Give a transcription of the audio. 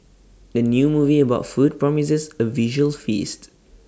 the new movie about food promises A visual feast